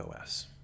OS